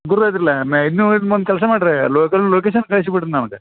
ಗುರುತಾಗ್ತಿಲ್ಲ ಮೇ ಇದು ನೀವು ಇದು ಒಂದು ಕೆಲಸ ಮಾಡ್ರಿ ಲೋಕಲ್ ಲೊಕೇಶನ್ ಕಳಿಸ್ಬಿಡ್ರಿ ನನಗೆ